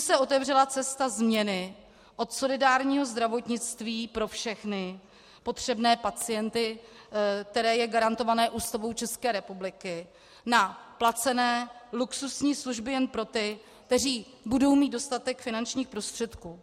Tím se otevřela cesta změny od solidárního zdravotnictví pro všechny potřebné pacienty, které je garantováno Ústavou ČR, na placené luxusní služby jen pro ty, kteří budou mít dostatek finančních prostředků.